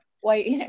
white